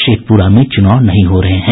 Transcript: शेखपुरा में चुनाव नहीं हो रहे हैं